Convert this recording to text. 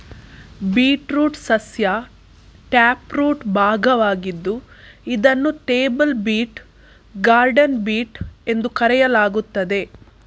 beetroot ಸಸ್ಯ taproot ಭಾಗವಾಗಿದ್ದು ಇದನ್ನು ಟೇಬಲ್ ಬೀಟ್, ಗಾರ್ಡನ್ ಬೀಟ್ ಎಂದು ಕರೆಯಲಾಗುತ್ತದೆ